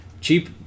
Cheap